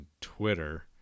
Twitter